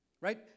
right